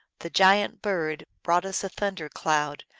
the giant bird, broad as a thunder cloud,